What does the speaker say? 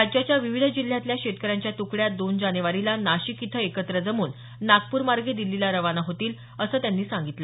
राज्याच्या विविध जिल्ह्यातल्या शेतकऱ्यांच्या तुकड्या दोन जानेवारीला नाशिक इथं एकत्र जमून नागपूरमार्गे दिल्लीला रवाना होतील असं त्यांनी सांगितलं